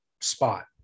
spot